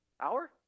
Hour